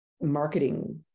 marketing